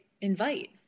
Invite